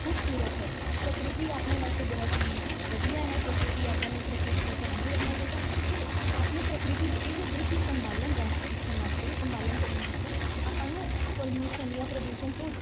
ਖੂਬਸੂਰਤ ਹੈ ਪ੍ਰਕਿਰਤੀ ਆਪਣੇ ਵਾਸਤੇ ਬਹੁਤ ਹੀ ਵਧੀਆ ਹੈ ਪ੍ਰਕਿਰਤੀ ਆਪਾਂ ਨੂੰ ਪ੍ਰਕਿਰਤੀ ਦਾ ਧਿਆਨ ਵੀ ਰੱਖਣਾ ਚਾਹੀਦਾ ਫਿਰ ਆਪਣੇ ਪ੍ਰਕਿਰਤੀ ਦੇ ਇਹ ਜੋ ਦ੍ਰਿਸ਼ ਨੂੰ ਸੰਭਾਲਣ ਰੈ ਰੱਖਣ ਵਾਸਤੇ ਸੰਭਾਲਣ ਕਰਨ ਵਾਸਤੇ ਆਪਾਂ ਨੂੰ ਪੋਲਿਊਸ਼ਨ ਜਾਂ ਪ੍ਰਦੂਸ਼ਣ ਤੋਂ